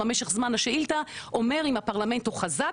מה משך זמן השאילתה אומר אם הפרלמנט הוא חזק,